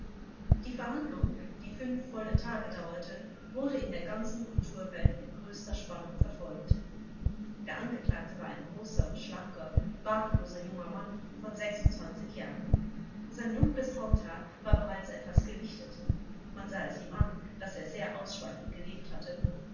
die verhandlung die fünf volle tage dauerte wurde in der ganzen kulturwelt mit größter spannung verfolgt der angeklagte war ein großer schlanker bartloser junger mann von sechsundzwanzig jahren sein dunkles haupthaar war bereits etwas gelichtet man sah es ihm an daß er sehr ausschweifend gelebt hatte